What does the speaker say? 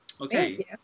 Okay